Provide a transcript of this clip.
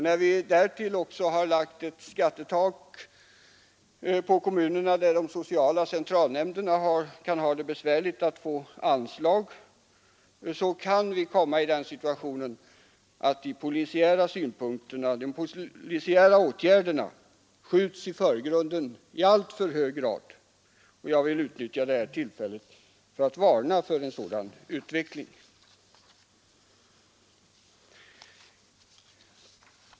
När vi därtill har lagt ett skattetak på kommunerna, där de sociala centralnämnderna kan ha det besvärligt att få anslag, kan vi komma i det läget att de polisiära åtgärderna skjuts i förgrunden i alltför hög grad. Jag vill alltså utnyttja det här tillfället till att varna för en sådan utveckling.